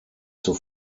zur